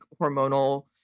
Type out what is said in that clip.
hormonal